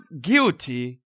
guilty